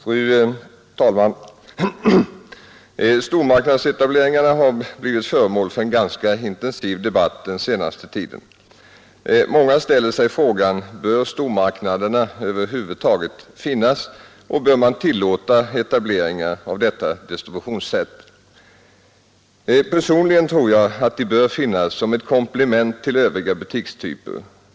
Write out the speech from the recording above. Fru talman! Stormarknadsetableringarna har blivit föremål för en ganska intensiv och livlig debatt den senaste tiden. Många ställer sig frågan om stormarknaderna över huvud taget bör finnas och om man bör tillåta etableringar av detta distributionssätt. Personligen tror jag att de bör finnas som ett komplement till övriga butikstyper.